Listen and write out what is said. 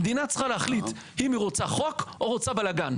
המדינה צריכה להחליט אם היא רוצה חוק או רוצה בלגן,